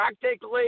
practically